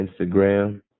Instagram